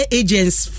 agents